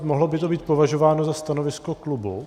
Mohlo by to být považováno za stanovisko klubu?